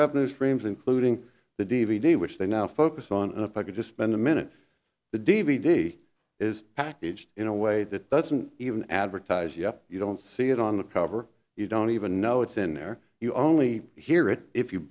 revenue streams including the d v d which they now focus on and if i could just spend a minute the d v d is packaged in a way that doesn't even advertise yet you don't see it on the cover you don't even know it's in there you only hear it if you